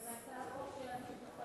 זו הצעת חוק שאני שותפה לה והיא חשובה לי.